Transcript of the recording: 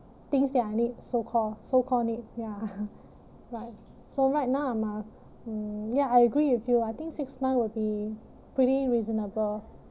things that I need so called so called need ya right so right now I'm uh mm ya I agree with you I think six month would be pretty reasonable